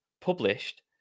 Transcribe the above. published